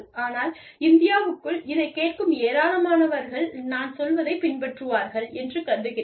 ஆனால் இந்தியாவுக்குள் இதைக் கேட்கும் ஏராளமானவர்கள் நான் சொல்வதைப் பின்பற்றுவார்கள் என்று கருதுகிறேன்